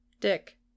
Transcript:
Dick